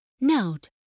Note